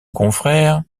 confrères